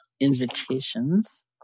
invitations